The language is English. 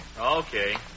Okay